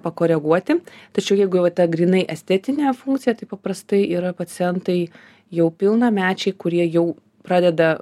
pakoreguoti tačiau jeigu ta grynai estetinė funkcija tai paprastai yra pacientai jau pilnamečiai kurie jau pradeda